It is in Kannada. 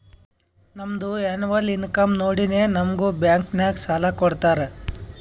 ನಮ್ದು ಎನ್ನವಲ್ ಇನ್ಕಮ್ ನೋಡಿನೇ ನಮುಗ್ ಬ್ಯಾಂಕ್ ನಾಗ್ ಸಾಲ ಕೊಡ್ತಾರ